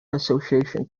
association